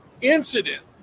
Incident